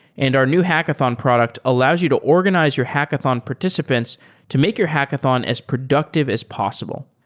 and our new hackathon product allows you to organize your hackathon participants to make your hackathon as productive as possible.